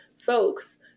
folks